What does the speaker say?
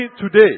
today